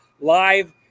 live